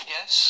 Yes